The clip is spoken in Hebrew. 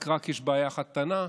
רק יש בעיה אחת קטנה: